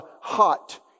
hot